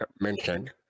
mentioned